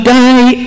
die